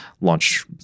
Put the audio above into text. Launch